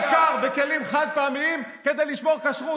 קר בכלים חד-פעמיים כדי לשמור כשרות?